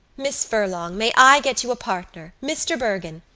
miss furlong, may i get you a partner, mr. bergin.